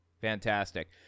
Fantastic